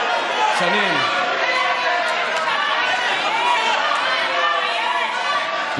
שנים, שקרן, רמאי, אין לך בושה?